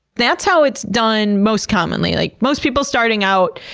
that's how it's done most commonly. like most people starting out,